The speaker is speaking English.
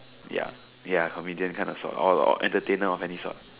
ya ya comedian kind of sort or or entertainer of any sort